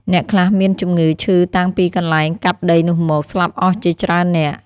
អ្នកខ្លះមានជំងឺឈឺតាំងពីកន្លែងកាប់ដីនោះមក ស្លាប់អស់ជាច្រើននាក់ ។